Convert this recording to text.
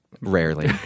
Rarely